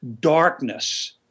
darkness